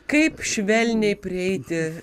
kaip švelniai prieiti